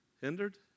hindered